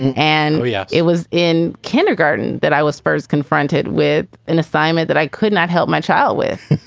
and and yeah, it was in kindergarten that i was first confronted with an assignment that i could not help my child with.